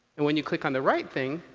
and when you click on the right thing,